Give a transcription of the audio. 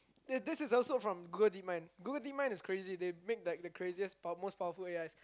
this is also from Google DeepMind Google DeepMind is crazy they make like the craziest power~ most powerful A_Is